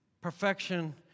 Perfection